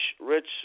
rich